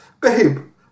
babe